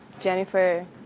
Jennifer